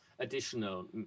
additional